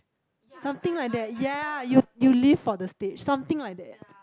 something like that ya you you live for the stage something like that